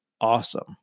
awesome